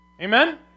Amen